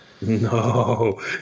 no